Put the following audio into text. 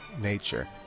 nature